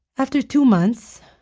after two months,